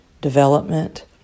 development